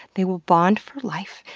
they will bond for life,